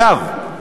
אגב,